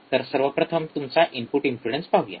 तर सर्वप्रथम तुमचा इनपुट इम्पेडन्स पाहूया